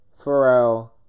Pharrell